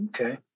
okay